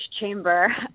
chamber